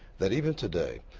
that even today,